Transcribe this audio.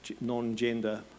non-gender